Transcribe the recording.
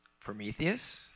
prometheus